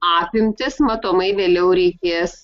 apimtis matomai vėliau reikės